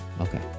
Okay